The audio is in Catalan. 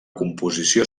composició